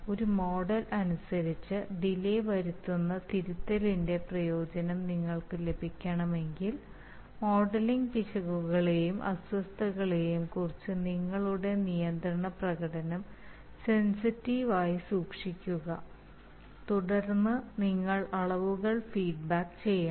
ഒരു മോഡൽ അനുസരിച്ച് ഡിലേ വരുത്തുന്ന തിരുത്തലിന്റെ പ്രയോജനം നിങ്ങൾക്ക് ലഭിക്കണമെങ്കിൽ മോഡലിംഗ് പിശകുകളെയും അസ്വസ്ഥതകളെയും കുറിച്ച് നിങ്ങളുടെ നിയന്ത്രണ പ്രകടനം സെൻസിറ്റീവ് ആയി സൂക്ഷിക്കുക തുടർന്ന് നിങ്ങൾ അളവുകൾ ഫീഡ്ബാക്ക് ചെയ്യണം